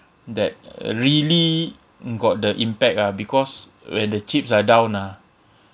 that uh really got the impact ah because when the chips are down ah